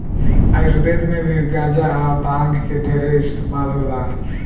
आयुर्वेद मे भी गांजा आ भांग के ढेरे इस्तमाल होला